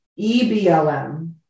EBLM